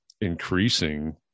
increasing